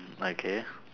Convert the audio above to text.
okay